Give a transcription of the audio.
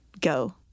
go